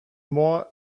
more